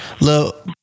Look